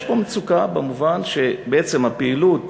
יש פה מצוקה במובן זה שבעצם הפעילות